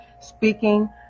speaking